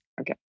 Okay